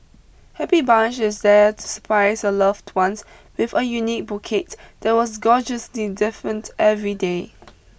Happy Bunch is there to surprise your loved ones with a unique bouquet that was gorgeously different every day